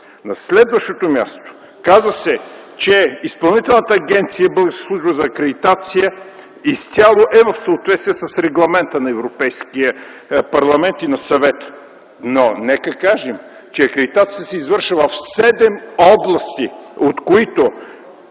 На следващо място, казва се, че Изпълнителната агенция „Българска служба за акредитация” изцяло е в съответствие с регламента на Европейския парламент и на Съвета. Нека кажем, че акредитациите се извършват в седем области, от които